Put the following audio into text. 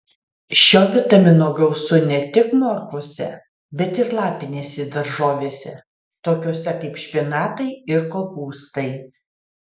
šio vitamino gausu ne tik morkose bet ir lapinėse daržovėse tokiose kaip špinatai ir kopūstai